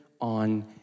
on